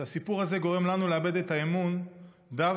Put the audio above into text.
שהסיפור הזה גורם לנו לאבד את האמון דווקא